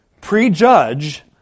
prejudge